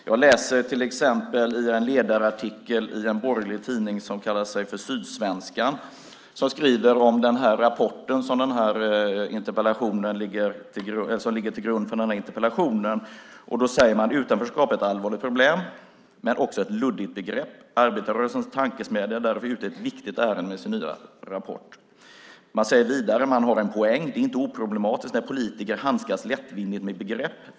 Jag läser till exempel i en ledarartikel i en borgerlig tidning som kallar sig för Sydsvenskan och som skriver om den rapport som ligger till grund för den här interpellationen att "utanförskap är ett allvarligt problem, men också ett luddigt begrepp. Arbetarrörelsens tankesmedja är därför ute i ett viktigt ärende med sin nya rapport." Man säger vidare: "De har en poäng. Och det är inte oproblematiskt när politiker handskas lättvindigt med begrepp.